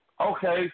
Okay